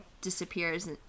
disappears